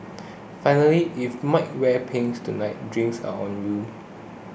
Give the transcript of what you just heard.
finally if Mike wears pink tonight drinks are on you